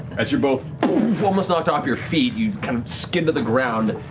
as your both almost knocked off your feet, you kind of skid to the ground,